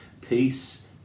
Peace